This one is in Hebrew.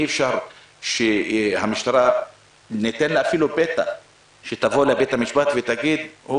אי אפשר שניתן למשטרה אפילו פתח להגיע לבית המשפט ולהגיד: הוא